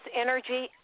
energy